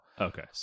okay